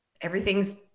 everything's